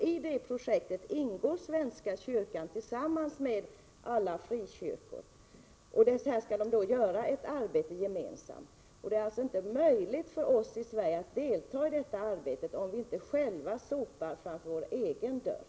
I det projektet medverkar svenska kyrkan tillsammans med alla frikyrkor, och där skall bedrivas ett gemensamt arbete. Men det är inte möjligt för oss att från svensk sida delta i detta arbete, om vi inte själva sopar framför vår egen dörr.